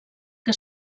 que